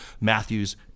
Matthews